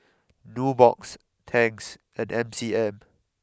Nubox Tangs and M C M